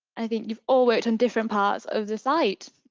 i think you've all worked on different parts of the site.